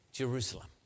Jerusalem